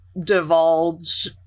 divulge